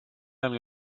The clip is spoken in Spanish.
algo